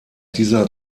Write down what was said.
dieser